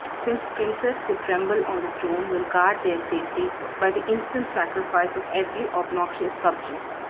since princes who tremble on the throne will guard their safety by the instant sacrifice of every obnoxious subject.